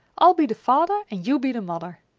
i'll be the father, and you be the mother.